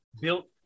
built